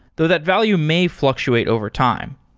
though that value may fluctuate over time.